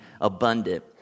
abundant